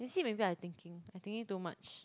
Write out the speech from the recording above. is it maybe I'm thinking I'm thinking too much